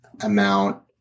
amount